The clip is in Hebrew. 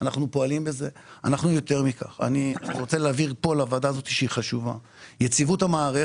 אבל אנחנו כוועדה שצריכה להחליט או לפחות להבין את מה שקורה היינו